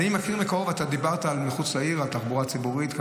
אתה דיברת על תחבורה ציבורית מחוץ לעיר,